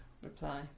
Reply